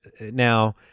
now